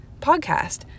podcast